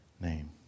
name